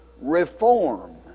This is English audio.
reform